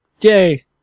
Yay